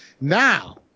Now